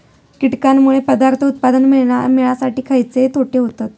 कीटकांनमुळे पदार्थ उत्पादन मिळासाठी खयचे तोटे होतत?